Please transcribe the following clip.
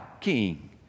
King